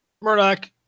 Murdoch